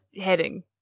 heading